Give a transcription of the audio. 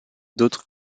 d’autres